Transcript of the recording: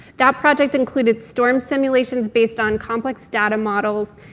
that project included storm simulations based on complex data models,